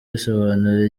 risobanura